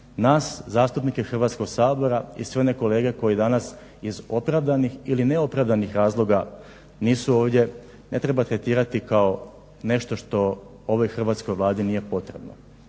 nas zastupnike Hrvatskog sabora i sve one kolege koji danas iz opravdanih ili neopravdanih razloga nisu ovdje ne treba tretirati kao nešto što ovoj hrvatskoj Vladi nije potrebno.